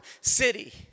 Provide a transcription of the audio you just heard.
city